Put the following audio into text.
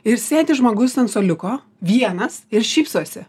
ir sėdi žmogus ant suoliuko vienas ir šypsosi